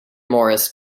morris